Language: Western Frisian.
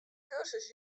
kursus